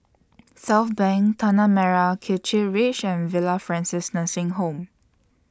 Southbank Tanah Merah Kechil Ridge and Villa Francis Nursing Home